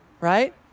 right